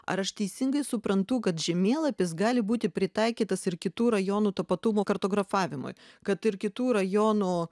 ar aš teisingai suprantu kad žemėlapis gali būti pritaikytas ir kitų rajonų tapatumų kartografavimui kad ir kitų rajonų